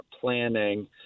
planning